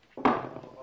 11:50.